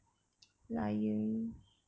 lion